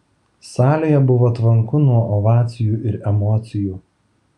salėje buvo tvanku nuo ovacijų ir emocijų